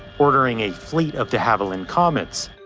ordering a fleet of de havilland comets.